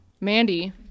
Mandy